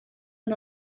and